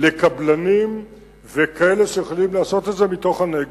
לקבלנים וכאלה שיכולים לעשות את זה מתוך הנגב.